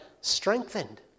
strengthened